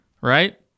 Right